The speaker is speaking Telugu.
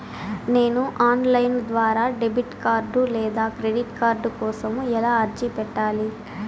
నేను ఆన్ లైను ద్వారా డెబిట్ కార్డు లేదా క్రెడిట్ కార్డు కోసం ఎలా అర్జీ పెట్టాలి?